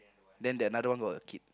then that another one got a kid